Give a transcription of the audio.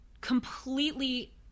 completely